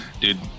Dude